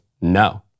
no